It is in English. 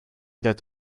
that